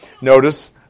Notice